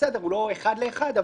הוא לא אחד לאחד,